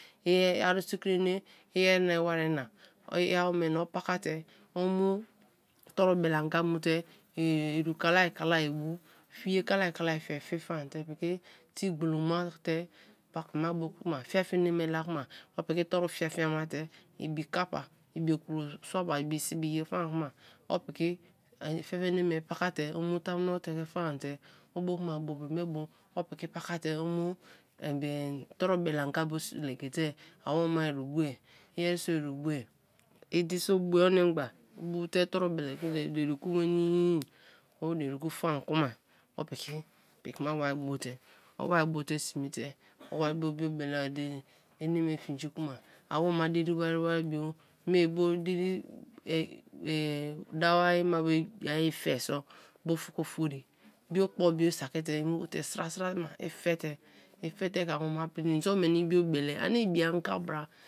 I ye aru sikiri ene iye wana, i wari na, i awome na o mu torubele anga mu te iru kalai kalai bu, fiei kalai kalai fe fie buan te piki tie gboloma te piki ma bo kma fia fia eneme la kma opiki toru fia fia mate, ibi kappa, ibiokoro, ibi sibi ye faan kma opiki fia fia eneme pakate omu tamuno te ke faan te obo kuma bobiri me bo opiki pakate omu torubele anga bo legi te a woma i ru bue, i yeriso iru bua, i di so bue onimgba o bu bu te itoru be le ki te dere ku nwenii o dereku faan kuma opiki pikima wari bo te owari bo te sme te o wari bio biobele din, eneme fingi kma awoma diri wari wari bio be bo diri dawo-mai fe so ofri, bio kpo be isaki te i mu te sra sra ma i fe te, fe te ke awoma pria, iniso meni biobele ani ibianga bra.